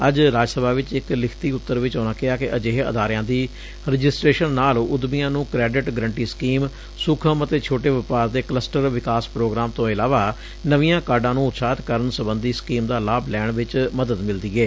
ਅੱਜ ਰਾਜ ਸਭਾ ਵਿਚ ਇਕ ਲਿਖਤੀ ਉਤਰ ਵਿਚ ਉਨ੍ਨਾਂ ਕਿਹਾ ਕਿ ਅਜਿਹੇ ਅਦਾਰਿਆਂ ਦੀ ਰਜਿਸਟਰੇਸ਼ਨ ਨਾਲ ਉਦਮੀਆਂ ਨੂੰ ਕਰੈਡਿਟ ਗਰੰਟੀ ਸਕੀਮ ਸੂਖਮ ਅਤੇ ਛੋਟੇ ਵਪਾਰ ਦੇ ਕਲਸਟਰ ਵਿਕਾਸ ਪ੍ਰੋਗਰਾਮ ਤੋਂ ਇਲਾਵਾ ਨਵੀਆਂ ਕਾਢਾਂ ਨੂੰ ਉਤਸ਼ਾਹਿਤ ਕਰਨ ਸਬੰਧੀ ਸਕੀਮ ਦਾ ਲਾਭ ਲੈਣ ਚ ਮਦਦ ਮਿਲਦੀ ਏ